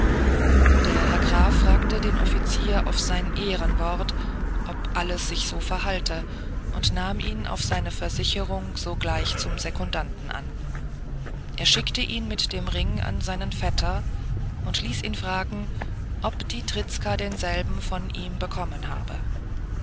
der herr graf fragte den offizier auf sein ehrenwort ob alles sich so verhalte und nahm ihn auf seine versicherung sogleich zum sekundanten an er schickte ihn mit dem ring an seinen vetter und ließ ihn fragen ob die trizka denselben von ihm bekommen habe